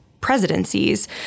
presidencies